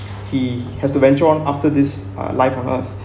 he has to venture on after this uh life on earth